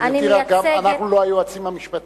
גברתי, אנחנו לא היועצים המשפטיים.